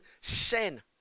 sin